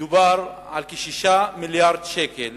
מדובר על כ-6 מיליארדי שקלים